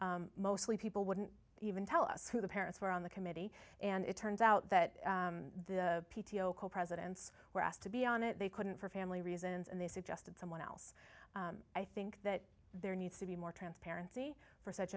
people mostly people wouldn't even tell us who the parents were on the committee and it turns out that the p t o presidents were asked to be on it they couldn't for family reasons and they suggested someone else i think that there needs to be more transparency for such